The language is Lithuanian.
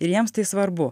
ir jiems tai svarbu